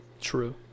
True